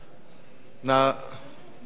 בבקשה.